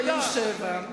לשר עם תיק היו שבעה.